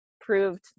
proved